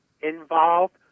involved